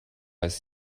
ist